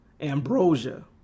Ambrosia